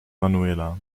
manuela